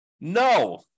No